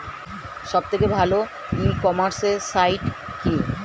সব থেকে ভালো ই কমার্সে সাইট কী?